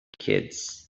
kids